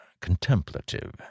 contemplative